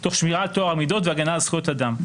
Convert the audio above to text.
תוך שמירה על טוהר המידות והגנה על זכויות האדם.